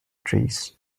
trees